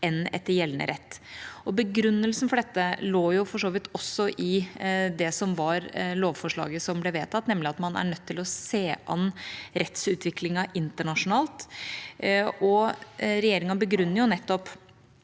enn etter gjeldende rett. Begrunnelsen for dette lå for så vidt også i det som var lovforslaget som ble vedtatt, nemlig at man er nødt til å se an rettsutviklingen internasjonalt. Regjeringa begrunner nettopp